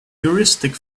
heuristic